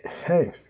Hey